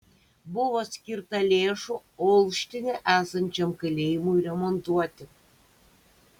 buvo skirta lėšų olštine esančiam kalėjimui remontuoti